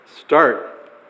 start